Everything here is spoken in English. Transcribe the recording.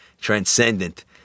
transcendent